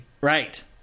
Right